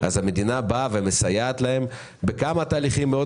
אז המדינה באה ומסייעת להם בכמה תהליכים מאוד